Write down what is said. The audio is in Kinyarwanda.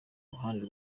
ruhande